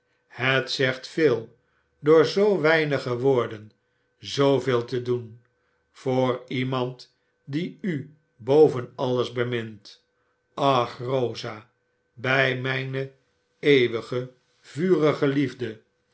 het zegt veel door zoo weinige woorden zooveel te doen voor iemand die u boven alles bemint ach rosa bij mijne eeuwige vurige liefde